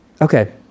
okay